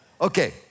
Okay